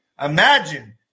imagine